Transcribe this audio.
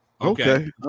Okay